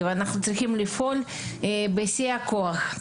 אנחנו צריכים לפעול בשיא הכוח.